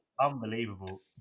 unbelievable